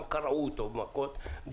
גם קרעו אותו במכות,